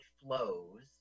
flows